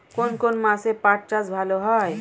কোন কোন মাসে পাট চাষ ভালো হয়?